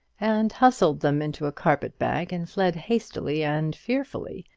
and hustled them into a carpet-bag, and fled hastily and fearfully,